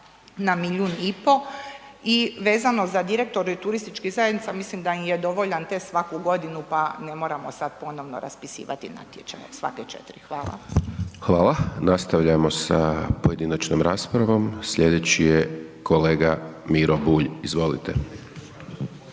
1,5 milijun i vezano za direktore turističkih zajednica mislim da im je dovoljan test svaku godinu pa ne moramo sad ponovno raspisivati natječaje svake 4. Hvala. **Hajdaš Dončić, Siniša (SDP)** Hvala. Nastavljamo sa pojedinačnom raspravom, slijedeći je kolega Miro Bulj, izvolite.